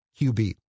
QB